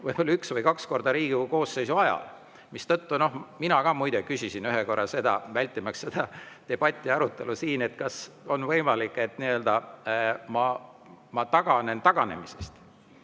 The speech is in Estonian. võib-olla üks või kaks korda Riigikogu koosseisu ajal, mistõttu, noh … Mina ka muide küsisin ühe korra seda, vältimaks seda debatti ja arutelu siin, et kas on võimalik, et ma taganen taganemisest.